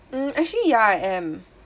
mm actually ya I am